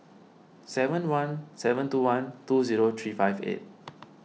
seven one seven two one two zero three five eight